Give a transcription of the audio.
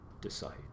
decide